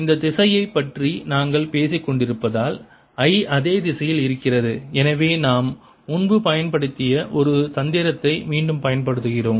இந்த திசையைப் பற்றி நாங்கள் பேசிக்கொண்டிருப்பதால் I அதே திசையில் இருக்கிறது எனவே நாம் முன்பு பயன்படுத்திய ஒரு தந்திரத்தை மீண்டும் பயன்படுத்துகிறோம்